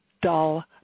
dull